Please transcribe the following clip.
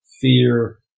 fear